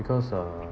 because uh